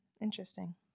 Interesting